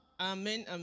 amen